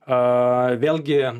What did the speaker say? o vėlgi